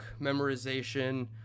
memorization